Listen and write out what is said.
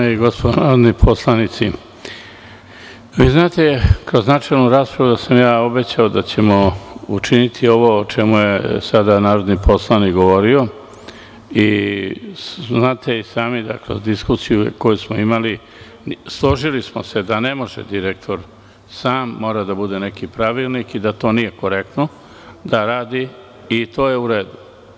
Dame i gospodo narodni poslanici, znate da sam ja kroz načelnu raspravu obećao da ćemo učiniti ovo o čemu je sada narodni poslanik govorio i znate i sami, u diskusiji koju smo imali, složili smo se da ne može direktor sam, mora da bude neki pravilnik, i da to nije korektno da on radi i to je u redu.